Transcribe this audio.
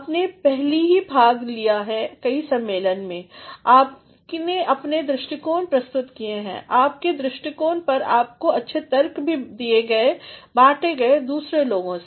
आपने पहली ही भाग लिया है कई सम्मेलन में आपने अपनी दृष्टिकोण प्रस्तुत की है अपनी दृष्टिकोण पर आपने अच्छे से तर्क भी दिए बांटे भी गए दूसरों से